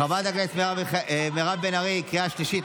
חברת הכנסת מירב בן ארי, קריאה שלישית.